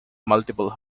multiple